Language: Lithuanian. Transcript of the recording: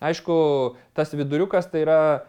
aišku tas viduriukas tai yra